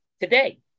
Today